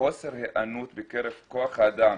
חוסר היענות בקרב כוח האדם